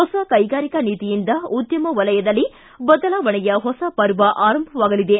ಹೊಸ ಕೈಗಾರಿಕಾ ನೀತಿಯಿಂದ ಉದ್ದಮ ವಲಯದಲ್ಲಿ ಬದಲಾವಣೆಯ ಹೊಸ ಪರ್ವ ಆರಂಭವಾಗಲಿದೆ